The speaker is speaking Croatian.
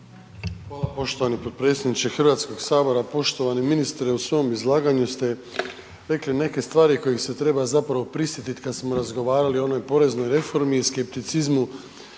Hvala poštovani potpredsjedniče HS-a, poštovani ministre. U svom izlaganju ste rekli neke stvari kojih se treba zapravo prisjetiti kad smo razgovarali o onoj poreznoj reformi i skepticizmu